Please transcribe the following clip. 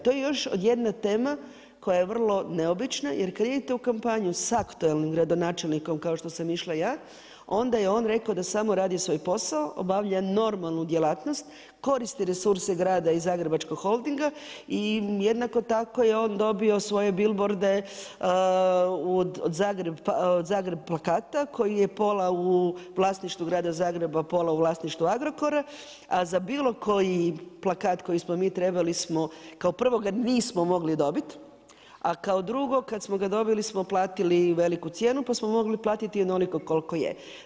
To je još jedna tema koja je vrlo neobična, jer kad idete u kampanju sa aktualnim gradonačelnikom kao što sam išla ja, onda je on rekao da samo radi svoj posao, obavlja normalnu djelatnost, koristi resurse grada i Zagrebačkog holdinga i jednako tako je on dobio svoje bilborde od Zagreb plakata koji je pola u vlasništvu grada Zagreba, a pola u vlasništvu Agrokora, a za bilo koji plakat koji smo mi trebali smo kao prvo ga nismo mogli dobiti, a kao drugo kad smo ga dobili smo platili veliku cijenu, pa smo mogli platiti onoliko koliko je.